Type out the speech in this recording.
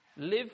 live